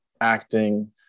acting